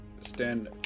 Stand